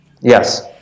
Yes